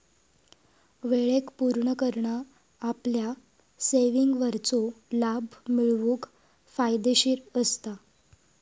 वेळेक पुर्ण करना आपल्या सेविंगवरचो लाभ मिळवूक फायदेशीर असता